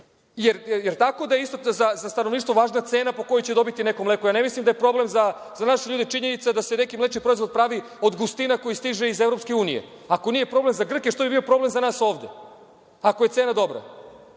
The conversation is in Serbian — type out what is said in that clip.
tih usluga. Jer za stanovništvo je važna cena po kojoj će dobiti neko mleko i ne mislim da je problem za naše ljude činjenica da se neki mlečni proizvod pravi od gustina koji stiže iz EU. Ako nije problem za Grke što bi bio problem za nas ovde, ako je cena